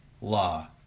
law